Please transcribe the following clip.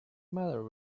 matter